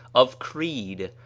of creed,